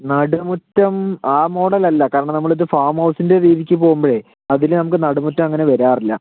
നടുമുറ്റം ആ മോഡലല്ല കാരണം നമ്മളിത് ഫാമ് ഹൗസിൻ്റെ രീതിക്ക് പോകുമ്പഴേ അതില് നമുക്ക് നടുമുറ്റം അങ്ങനെ വരാറില്ല